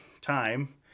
time